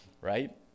right